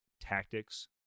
tactics